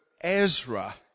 Ezra